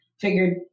figured